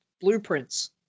blueprints